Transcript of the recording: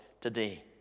today